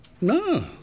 No